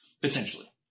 potentially